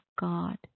God